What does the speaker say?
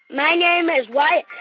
my name is wyatt,